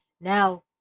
now